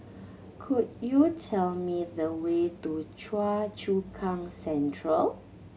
could you tell me the way to Choa Chu Kang Central